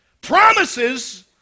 Promises